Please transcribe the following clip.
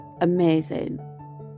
amazing